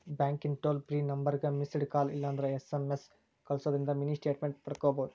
ಬ್ಯಾಂಕಿಂದ್ toll free ನಂಬರ್ಗ missed call ಇಲ್ಲಂದ್ರ ಎಸ್.ಎಂ.ಎಸ್ ಕಲ್ಸುದಿಂದ್ರ ಮಿನಿ ಸ್ಟೇಟ್ಮೆಂಟ್ ಪಡ್ಕೋಬೋದು